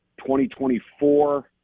2024